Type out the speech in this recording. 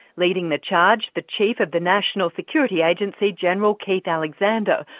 leading the charge, the chief of the national security agency general keith alexander,